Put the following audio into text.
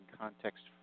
context